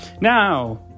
Now